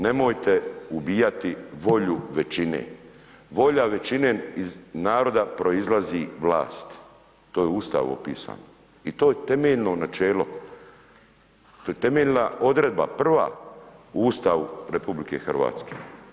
Nemojte ubijati volju većine, volja većine iz naroda proizlazi vlast, to je u ustavu opisano i to je temeljno načelo, to je temeljna odredba, prva u Ustavu RH.